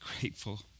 grateful